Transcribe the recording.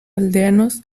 aldeanos